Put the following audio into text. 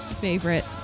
favorite